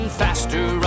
faster